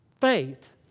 faith